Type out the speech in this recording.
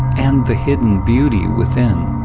and the hidden beauty within.